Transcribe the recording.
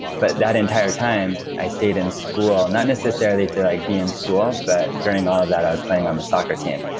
but that entire time i stayed in school. not necessarily to be in school, but during all of that i was playing on the soccer team,